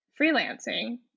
freelancing